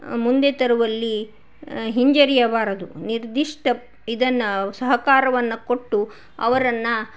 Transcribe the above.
ಮುಂದೆ ತರುವಲ್ಲಿ ಹಿಂಜರಿಯಬಾರದು ನಿರ್ದಿಷ್ಟ ಇದನ್ನು ಸಹಕಾರವನ್ನು ಕೊಟ್ಟು ಅವರನ್ನು